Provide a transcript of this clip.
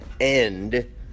end